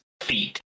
feet